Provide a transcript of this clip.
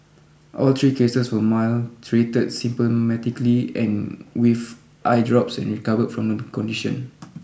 all three cases were mild treated symptomatically and with eye drops and recovered from the condition